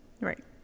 Right